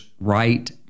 right